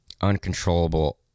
uncontrollable